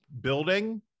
building